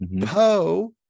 Poe